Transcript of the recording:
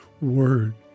word